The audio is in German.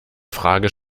fragen